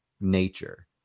nature